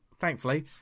Thankfully